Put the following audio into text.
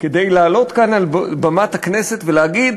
כדי לעלות כאן על במת הכנסת ולהגיד: